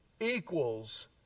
equals